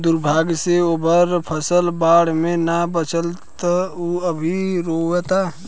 दुर्भाग्य से ओकर फसल बाढ़ में ना बाचल ह त उ अभी रोओता